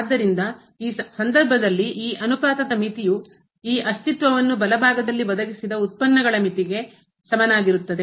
ಆದ್ದರಿಂದ ಈ ಸಂದರ್ಭದಲ್ಲಿ ಈ ಅನುಪಾತದ ಮಿತಿಯು ಈ ಅಸ್ತಿತ್ವವನ್ನು ಬಲಭಾಗದಲ್ಲಿ ಒದಗಿಸಿದ ಉತ್ಪನ್ನಗಳ ಮಿತಿಗೆ ಸಮನಾಗಿರುತ್ತದೆ